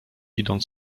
idąc